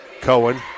Cohen